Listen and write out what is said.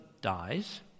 dies